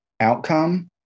outcome